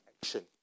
action